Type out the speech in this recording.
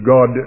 God